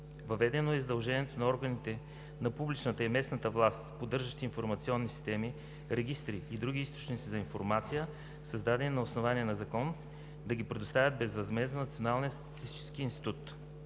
Въведено е задължение на органите на публичната и местната власт, поддържащи информационни системи, регистри и други източници на информация, създадени на основание на закон, да ги предоставят безвъзмездно на Националния статистически институт.